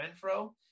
Renfro